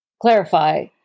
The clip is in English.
clarify